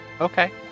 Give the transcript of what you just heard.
Okay